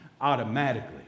automatically